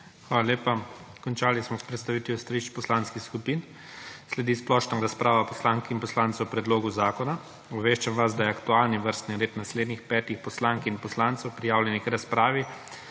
Hvala lepa. Končali smo s predstavitvijo stališč poslanskih skupin. Sledi splošna razprava poslank in poslancev k predlogu zakona. Obveščam vas, da je aktualni vrstni red naslednjih petih poslank in poslancev prijavljenih k razpravi